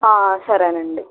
సరే అండి